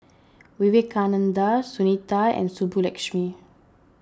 Vivekananda Sunita and Subbulakshmi